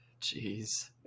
jeez